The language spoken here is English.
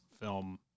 film